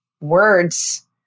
words